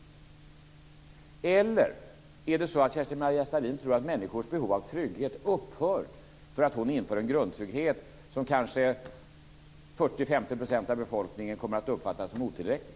Eller är det så att Kerstin-Maria Stalin tror att människors behov av trygghet upphör i och med att man genomför hennes förslag om grundtrygghet, som kanske 40-50 % av befolkningen kommer att uppfatta som otillräcklig?